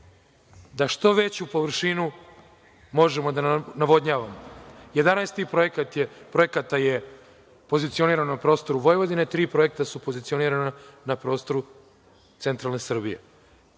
da što veću površinu možemo da navodnjavamo. Jedanaest projekata je pozicionirano na prostoru Vojvodine, tri projekta su pozicionirana na prostoru centralne Srbije.